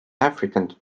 african